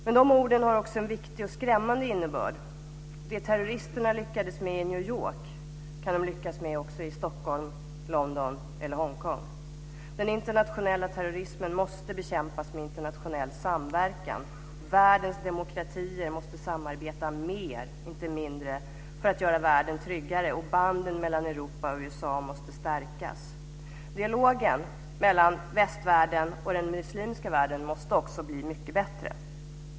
Men de orden har också en viktig och skrämmande innebörd. Det terroristerna lyckades med i New York kan de lyckas med också i Stockholm, London eller Hong Kong. Den internationella terrorismen måste bekämpas med internationell samverkan. Världens demokratier måste samarbeta mer, inte mindre, för att göra världen tryggare, och banden mellan Europa och USA måste stärkas. Dialogen mellan västvärlden och den muslimska världen måste också bli mycket bättre.